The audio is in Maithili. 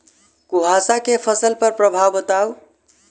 कुहासा केँ फसल पर प्रभाव बताउ?